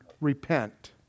repent